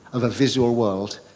of a visual world,